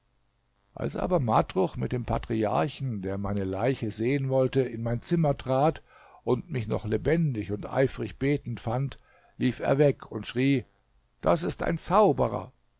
als aber matruch mit dem patriarchen der meine leiche sehen wollte in mein zimmer trat und mich noch lebendig und eifrig betend fand lief er weg und schrie das ist ein zauberer